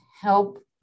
help